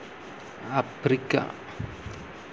Africa